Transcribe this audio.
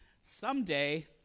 Someday